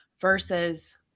versus